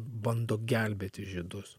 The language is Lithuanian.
bando gelbėti žydus